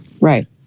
Right